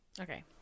Okay